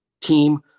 team